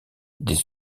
des